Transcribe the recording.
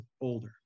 older